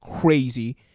crazy